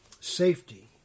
safety